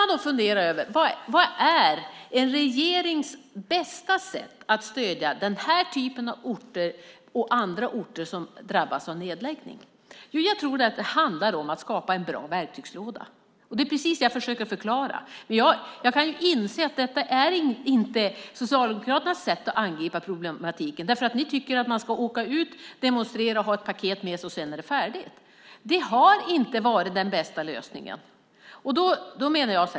Man kan fundera över vad som är en regerings bästa sätt att stödja den här typen av orter och andra orter som drabbas av nedläggningar. Jag tror att det handlar om att skapa en bra verktygslåda. Det var precis det jag försökte förklara. Jag kan inse att detta inte är Socialdemokraternas sätt att angripa problematiken. Ni tycker att man ska åka ut, demonstrera och ha ett paket med sig - sedan är det färdigt. Det har inte varit den bästa lösningen.